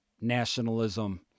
nationalism